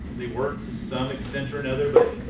they work to some extent or another but.